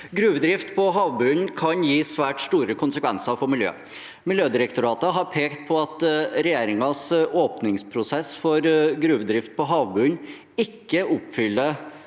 Gruvedrift på havbunnen kan ha svært store konsekvenser for miljøet. Miljødirektoratet har pekt på at regjeringens åpningsprosess for gruvedrift på havbunnen ikke oppfyller